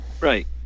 right